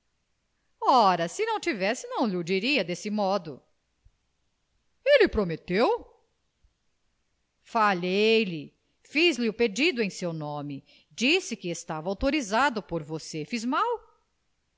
ora se não tivesse não lho diria deste modo ele prometeu falei-lhe fiz-lhe o pedido em seu nome disse que estava autorizado por você fiz mal